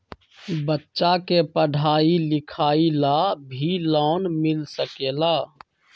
बच्चा के पढ़ाई लिखाई ला भी लोन मिल सकेला?